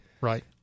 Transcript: right